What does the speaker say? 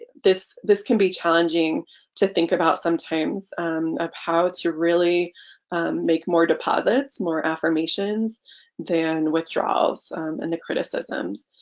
this this can be challenging to think about sometimes of how to really make more deposits more affirmations than withdrawals and the criticisms.